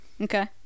Okay